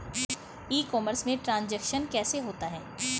ई commerce में transaction कैसे होता है?